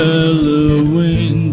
Halloween